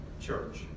church